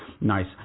nice